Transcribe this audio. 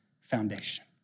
foundation